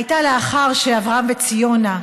הייתה לאחר שאברהם וציונה,